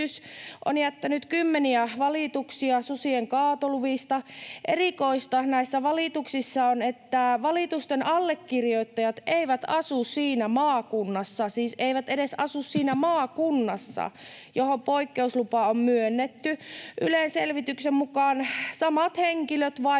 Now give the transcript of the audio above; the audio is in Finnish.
on jättänyt kymmeniä valituksia susien kaatoluvista. Erikoista näissä valituksissa on, että valitusten allekirjoittajat eivät asu siinä maakunnassa — siis eivät edes asu siinä maakunnassa — johon poikkeuslupa on myönnetty. Ylen selvityksen mukaan samat henkilöt vaikuttavat